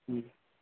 হুম